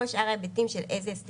ללא מחוסנים